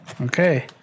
Okay